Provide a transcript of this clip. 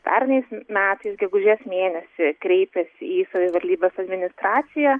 pernai metais gegužės mėnesį kreipėsi į savivaldybės administraciją